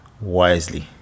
wisely